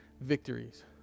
victories